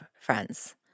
friends